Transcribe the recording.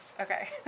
Okay